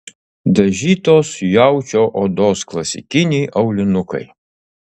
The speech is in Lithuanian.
dažytos jaučio odos klasikiniai aulinukai